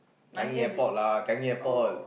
Changi-Airport lah Changi-Airport